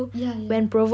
yeah yeah